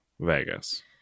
Vegas